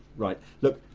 right. look,